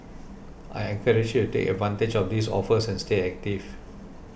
I encourage you to take advantage of these offers and stay active